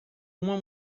uma